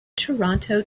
toronto